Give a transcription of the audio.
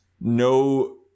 no